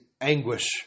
anguish